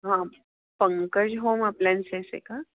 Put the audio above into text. हां पंकज होम अप्लायन्सेसए का